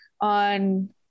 on